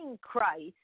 Christ